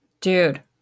Dude